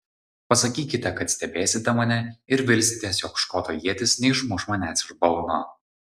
pasakykite kad stebėsite mane ir vilsitės jog škoto ietis neišmuš manęs iš balno